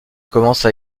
commence